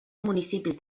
municipis